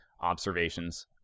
observations